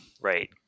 Right